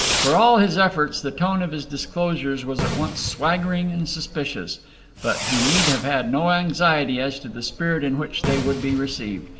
for all his efforts, the tone of his disclosures was at once swaggering and suspicious but he need have had no anxiety as to the spirit in which they would be received.